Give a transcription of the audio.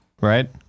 Right